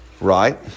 Right